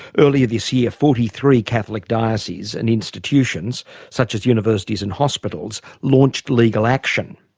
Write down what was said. earlier this year forty three catholic dioceses and institutions such as universities and hospitals launched legal action.